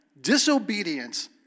disobedience